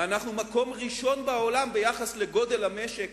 ואנחנו במקום הראשון בעולם ביחס לגודל המשק